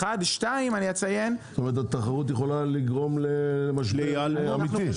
זאת אומרת התחרות עלולה לגרום למשבר אמיתי,